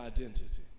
identity